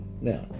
Now